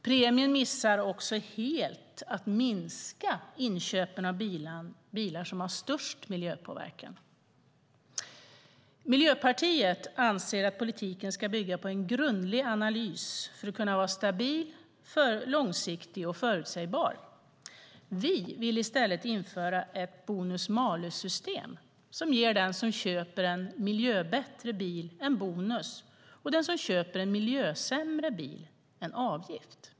Premien missar också helt målet när det gäller att minska inköpen av de bilar som har störst miljöpåverkan. Miljöpartiet anser att politiken ska bygga på en grundlig analys för att kunna vara stabil, långsiktig och förutsägbar. Vi vill i stället införa ett bonus-malus-system som ger den som köper en miljöbättre bil en bonus och den som köper en miljösämre bil en avgift.